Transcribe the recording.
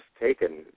taken